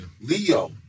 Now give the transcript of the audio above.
Leo